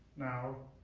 now,